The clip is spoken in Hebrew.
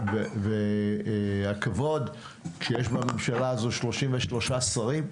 והכבוד כשיש בממשלה הזו 33 שרים,